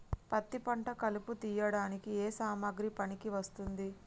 పత్తి పంట కలుపు తీయడానికి ఏ సామాగ్రి పనికి వస్తుంది?